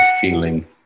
feeling